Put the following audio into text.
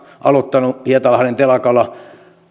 aloittanut hietalahden telakalla